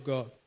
God